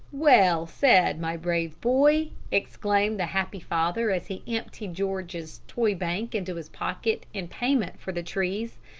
well said, my brave boy! exclaimed the happy father as he emptied george's toy bank into his pocket in payment for the trees.